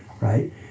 right